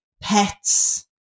pets